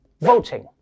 voting